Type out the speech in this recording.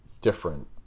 different